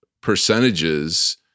percentages